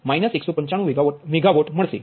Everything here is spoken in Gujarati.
95100 195 મેગાવોટ મળશે